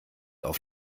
auf